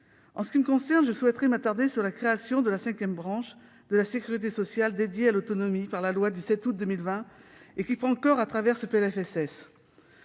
ce qui me concerne, je souhaiterais m'attarder sur la création de la cinquième branche de la sécurité sociale, dédiée à l'autonomie par la loi du 7 août 2020 et qui prend corps au travers du